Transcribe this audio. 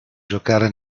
giocare